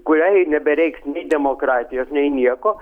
kuriai nebereiks nei demokratijos nei nieko